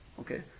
Okay